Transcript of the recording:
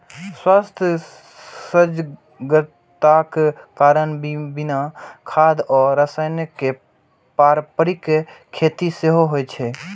स्वास्थ्य सजगताक कारण बिना खाद आ रसायन के पारंपरिक खेती सेहो होइ छै